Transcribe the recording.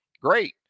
great